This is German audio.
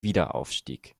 wiederaufstieg